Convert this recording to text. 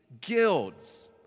guilds